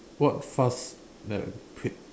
what fast that fit